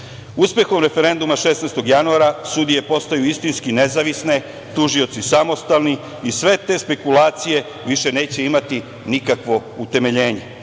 Uspehom referenduma 16. januara, sudije postaju istinski nezavisne, tužioci samostalni i sve te spekulacije više neće imati nikakvo utemeljenje.